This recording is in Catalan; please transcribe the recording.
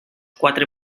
quatre